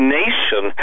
nation